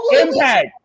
Impact